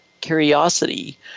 curiosity